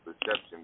perception